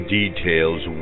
details